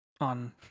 on